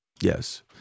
Yes